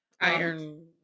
iron